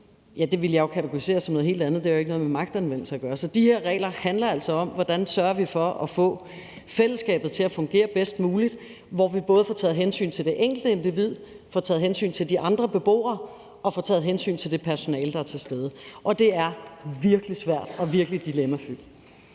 på – ville jeg jo kategorisere som noget helt andet. Det har jo ikke noget med magtanvendelse at gøre. Så de her regler handler altså om, hvordan vi sørger for at få fællesskabet til at fungere bedst muligt, så vi både får taget hensyn til det enkelte individ, får taget hensyn til de andre beboere og får taget hensyn til det personale, der er til stede. Og det er virkelig svært og virkelig dilemmafyldt.